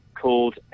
called